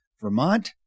Vermont